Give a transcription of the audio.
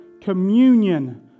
communion